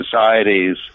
societies